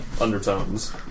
undertones